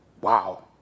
Wow